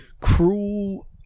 cruel